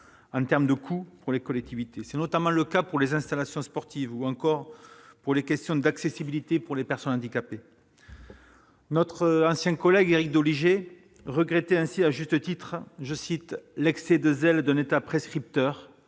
en termes de coût pour les collectivités. C'est notamment le cas pour les installations sportives ou en ce qui concerne l'accessibilité pour les personnes handicapées. Notre ancien collègue Éric Doligé regrettait ainsi, à juste titre, « l'excès de zèle d'un État prescripteur,